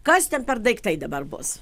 kas ten per daiktai dabar bus